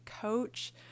coach